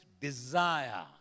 desire